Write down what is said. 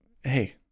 hey